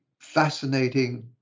fascinating